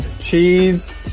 Cheese